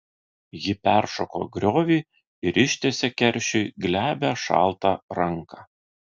ji peršoko griovį ir ištiesė keršiui glebią šaltą ranką